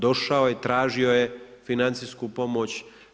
Došao je i tražio je financijsku pomoć.